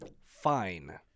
fine